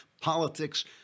politics